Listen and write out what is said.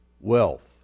wealth